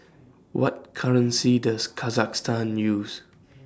What currency Does Kazakhstan use